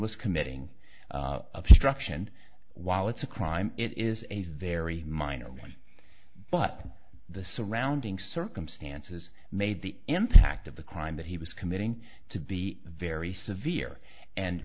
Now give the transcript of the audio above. was committing obstruction while it's a crime it is a very minor one but the surrounding circumstances made the impact of the crime that he was committing to be very severe and